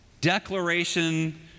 declaration